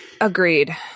agreed